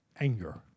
Anger